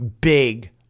big